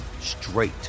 straight